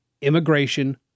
immigration